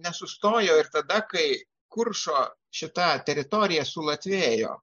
nesustojo ir tada kai kuršo šita teritorija sulatvėjo